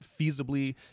feasibly